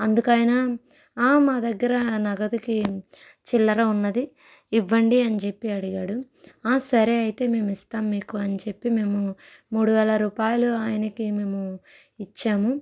అందుకు ఆయన మా దగ్గర నగదుకి చిల్లర ఉన్నదీ ఇవ్వండి అని చెప్పి అడిగాడు సరే అయితే మేము ఇస్తాం మీకు అని చెప్పి మేము మూడు వేల రూపాయలు ఆయనకి మేము ఇచ్చాము